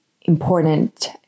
important